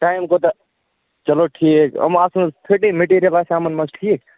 time کوٗتاہ چلو ٹھیٖک یِمہٕ آسان تھٔٹی مٔٹیٖرِیَل آسیٛاہ یِمَن منٛز ٹھیٖک